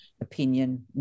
opinion